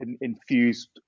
infused